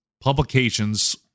publications